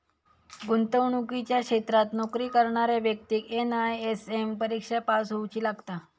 गुंतवणुकीच्या क्षेत्रात नोकरी करणाऱ्या व्यक्तिक एन.आय.एस.एम परिक्षा पास होउची लागता